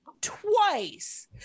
twice